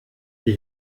die